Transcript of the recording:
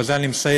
ובזה אני מסיים,